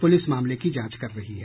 police मामले की जांच कर रही है